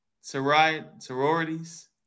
sororities